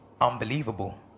unbelievable